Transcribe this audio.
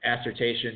assertion